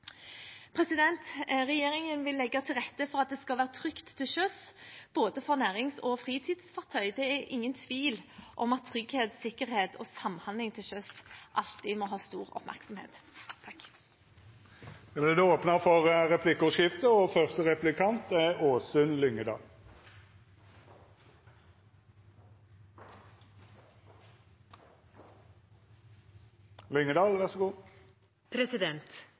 Regjeringen vil legge til rette for at det skal være trygt til sjøs, for både nærings- og fritidsfartøy, og det er ingen tvil om at trygghet, sikkerhet og samhandling til sjøs alltid må ha stor oppmerksomhet. Det vert replikkordskifte. Arbeiderpartiet har fremmet to forslag i denne saken, som vi mener er